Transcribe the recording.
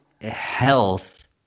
health